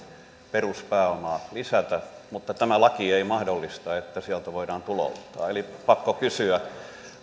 peruspääomaa lisätä mutta tämä laki ei mahdollista että sieltä voidaan tulouttaa eli pakko kysyä